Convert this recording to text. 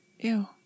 Ew